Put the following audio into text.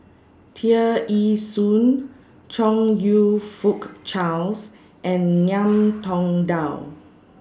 Tear Ee Soon Chong YOU Fook Charles and Ngiam Tong Dow